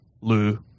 Lou